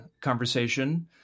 conversation